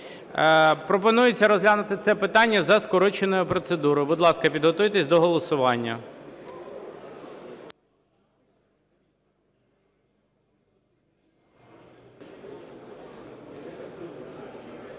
Пропонується розглянути це питання за скороченою процедурою. Будь ласка, підготуйтесь до голосування.